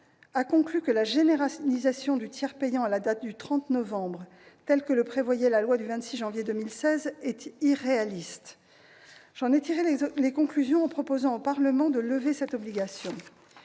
a conclu que la généralisation du tiers payant à la date du 30 novembre prochain, telle que la prévoyait la loi du 26 janvier 2016, était irréaliste. J'en ai tiré les conclusions en proposant au Parlement de lever cette obligation.